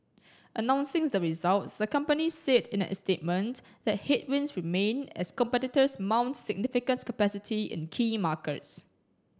announcing the results the company said in a statement that headwinds remain as competitors mount significant capacity in key markets